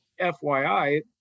FYI